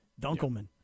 Dunkelman